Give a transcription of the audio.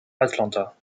atlanta